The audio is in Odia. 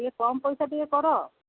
ଟିକେ କମ୍ ପଇସା ଟିକେ କର